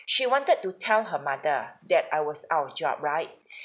she wanted to tell her mother that I was out of job right